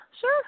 sure